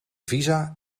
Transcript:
visa